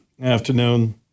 afternoon